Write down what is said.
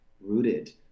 rooted